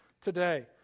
today